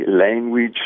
language